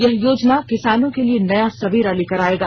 यह योजना किसानों के लिए नया सबेरा लेकर आएगा